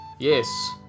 Yes